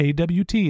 AWT